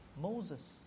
Moses